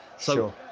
so,